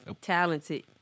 Talented